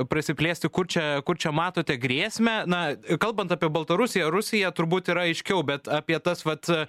prasiplėsti kur čia kur čia matote grėsmę na kalbant apie baltarusiją rusiją turbūt yra aiškiau bet apie tas vat